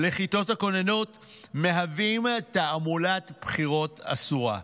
לכיתות הכוננות מהווים תעמולת בחירות אסורה.